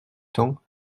temps